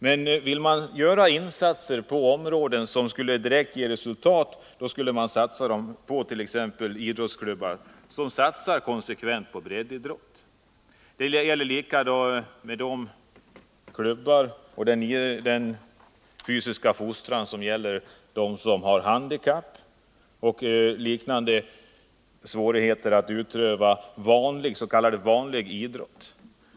Men vill man göra insatser på områden där direkta resultat skulle kunna nås bör man satsa dem t.ex. på klubbar som konsekvent går in för breddidrott liksom på klubbar som inriktar sig på människor med handikapp och liknande svårigheter att utöva s.k. vanlig idrott.